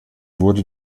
wurde